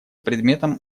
предметом